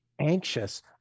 anxious